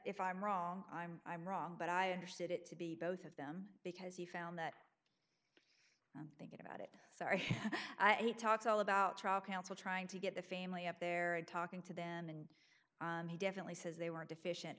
if i'm wrong i'm i'm wrong but i understood it to be both of them because he found that thinking about it sorry he talks all about trial counsel trying to get the family up there talking to them and he definitely says they were deficient